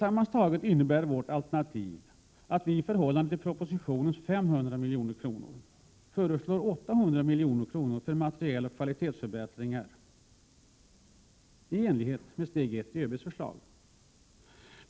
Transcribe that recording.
Sammantaget innebär vårt alternativ att vi i förhållande till propositionens 500 milj.kr. föreslår 800 milj.kr. till materiel och kvalitetsförbättringar i enlighet med steg I i ÖB:s förslag.